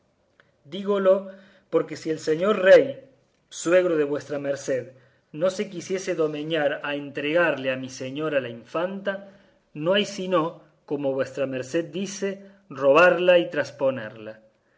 buenos dígolo porque si el señor rey suegro de vuestra merced no se quisiere domeñar a entregalle a mi señora la infanta no hay sino como vuestra merced dice roballa y